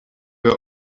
were